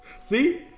See